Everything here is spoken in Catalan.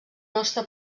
nostre